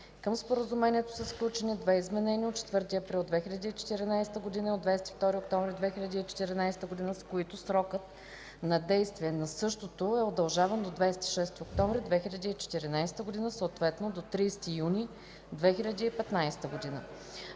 Към Споразумението са сключени две изменения – от 4 април 2014 г. и от 22 октомври 2014 г., с които срокът на действие на същото е удължаван до 26 октомври 2014 г., съответно до 30 юни 2015 г.